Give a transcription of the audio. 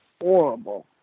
horrible